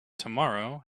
tomorrow